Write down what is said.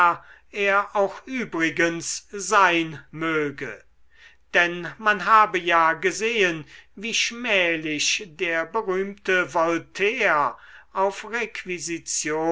er auch übrigens sein möge denn man habe ja gesehen wie schmählich der berühmte voltaire auf requisition